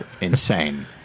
insane